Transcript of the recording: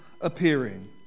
appearing